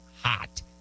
hot